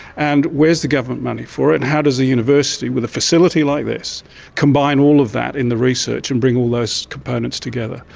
and where is the government money for it? how does a university with a facility like this combine all of that in the research and bring all of those components together?